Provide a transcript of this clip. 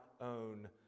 own